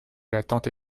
l’attente